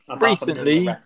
recently